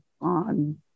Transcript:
on